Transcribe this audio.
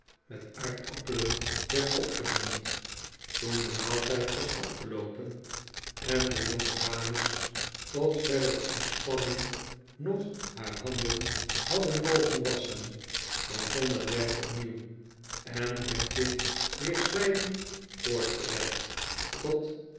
met aardappelen werd opgediend toen de maaltijd was afgeloopen en de jongedames tot verdere ontspanning nog haar handen hadden mogen wasschen begon het werk opnieuw en werd dit weer zwijgend voortgezet tot